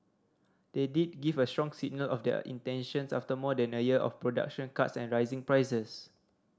they did give a strong signal of their intentions after more than a year of production cuts and rising prices